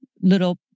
little